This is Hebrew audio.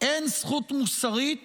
אין זכות מוסרית